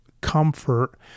comfort